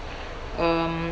um